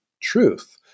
truth